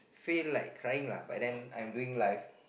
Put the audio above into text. feel like crying lah but then I'm doing live